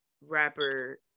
rapper